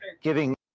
giving